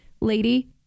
lady